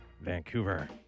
vancouver